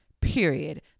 period